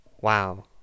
wow